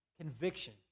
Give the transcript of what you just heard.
conviction